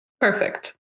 Perfect